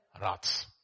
rats